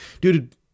dude